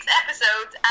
episodes